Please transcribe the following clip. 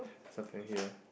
suffering here